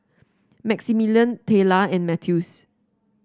Maximillian Tayla and Mathews